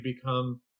become